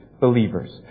Believers